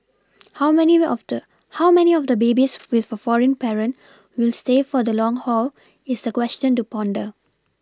how many of the how many of the babies with a foreign parent will stay for the long haul is a question to ponder